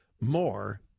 more